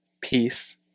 peace